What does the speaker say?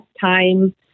time